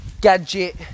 gadget